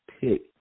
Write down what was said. pick